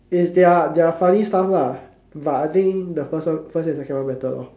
is their their funny stuff lah but I think the first one first and second one better lor